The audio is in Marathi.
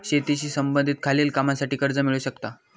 शेतीशी संबंधित खालील कामांसाठी कर्ज मिळू शकता